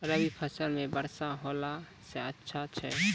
रवी फसल म वर्षा होला से अच्छा छै?